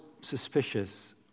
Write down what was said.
suspicious